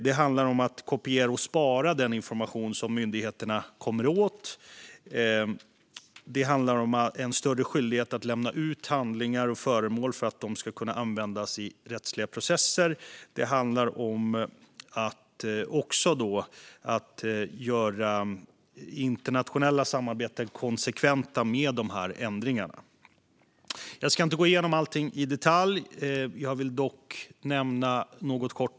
Det handlar om att kopiera och spara den information som myndigheterna kommer åt. Det handlar om en större skyldighet att lämna ut handlingar och föremål för att de ska kunna användas i rättsliga processer. Och det handlar också om att göra internationella samarbeten konsekventa med dessa ändringar. Jag ska inte gå igenom allting i detalj, men jag vill kortfattat nämna några saker.